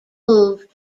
moved